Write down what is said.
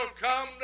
come